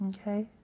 Okay